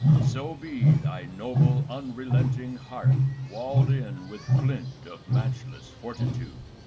so be thy noble unrelenting heart walled in with flint of matchless fortitude,